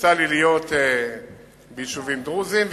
יצא לי להיות ביישובים בדואיים,